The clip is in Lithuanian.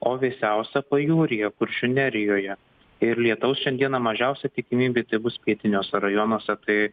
o vėsiausia pajūryje kuršių nerijoje ir lietaus šiandieną mažiausia tikimybė tai bus pietiniuose rajonuose tai